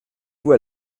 vous